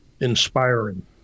inspiring